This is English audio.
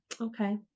Okay